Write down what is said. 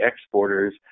exporters